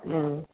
ம்